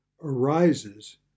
arises